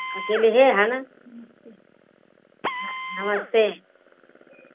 अकेले ही है ना न नमस्ते